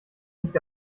nicht